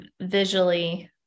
visually